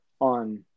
on